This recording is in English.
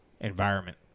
environment